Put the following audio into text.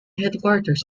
headquarters